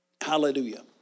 Hallelujah